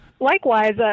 Likewise